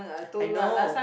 I know